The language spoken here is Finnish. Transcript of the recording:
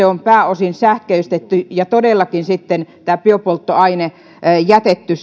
on pääosin sähköistetty ja todellakin sitten biopolttoaine jätetty